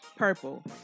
Purple